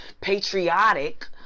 patriotic